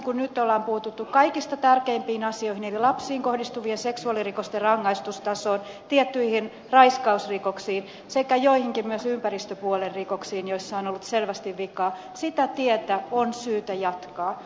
kun nyt on puututtu kaikista tärkeimpiin asioihin niin lapsiin kohdistuvien seksuaalirikosten rangaistustasoon tiettyihin raiskausrikoksiin kuin myös joihinkin ympäristöpuolen rikoksiin joissa on ollut selvästi vikaa sitä tietä on syytä jatkaa